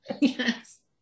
yes